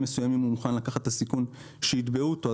מסוימים הוא מוכן לקחת את הסיכון שיתבעו אותו,